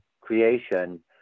creation